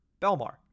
Belmar